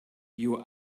your